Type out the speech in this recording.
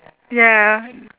ya